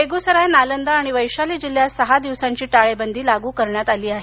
बेगुसराय नालंदा आणि वैशाली जिल्ह्यात सहा दिवसांची टाळेबंदी लागू करण्यात आली आहे